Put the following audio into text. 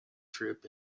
trip